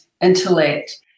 intellect